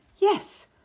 Yes